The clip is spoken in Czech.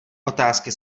otázky